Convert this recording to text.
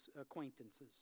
acquaintances